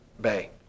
bay